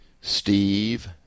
Steve